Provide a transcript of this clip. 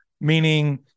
meaning